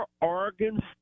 Oregon